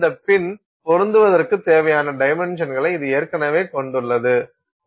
இந்த பின் பொருந்துவதற்கு தேவையான டைமென்ஷன்களை இது ஏற்கனவே கொண்டுள்ளது